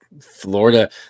Florida